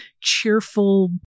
cheerful